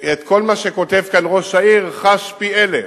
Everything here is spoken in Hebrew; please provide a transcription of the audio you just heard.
את כל מה שכתוב כאן ראש העיר חש פי-אלף,